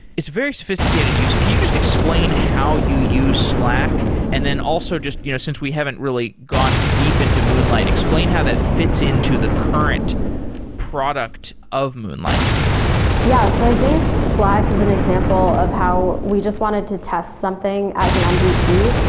it's very sophisticated to you. can you just explain how you use slack? and then also, just you know since we haven't really gone deep into moonlight, explain how that fits into the current product of moonlight yeah. so i think, slack is an example of how we just wanted to test something as an mvp.